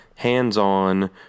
hands-on